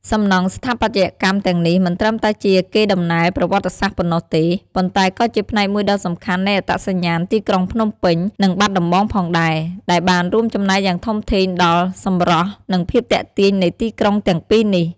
សំណង់ស្ថាបត្យកម្មទាំងនេះមិនត្រឹមតែជាកេរដំណែលប្រវត្តិសាស្ត្រប៉ុណ្ណោះទេ ប៉ុន្តែក៏ជាផ្នែកមួយដ៏សំខាន់នៃអត្តសញ្ញាណទីក្រុងភ្នំពេញ និងបាត់ដំបងផងដែរ ដែលបានរួមចំណែកយ៉ាងធំធេងដល់សម្រស់ និងភាពទាក់ទាញនៃទីក្រុងទាំងពីរនេះ។